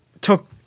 took